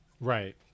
Right